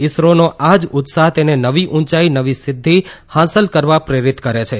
ઇસરોનો આ જ ઉત્સાહ તેને નવી ઉંચાઇ નવી સિધ્ધી હાંસલ કરવા પ્રેરિત કરે છે